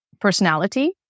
personality